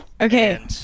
Okay